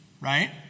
right